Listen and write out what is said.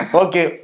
okay